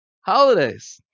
Holidays